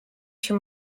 się